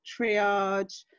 triage